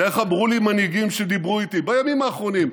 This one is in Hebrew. ואיך אמרו לי מנהיגים שדיברו איתי בימים האחרונים,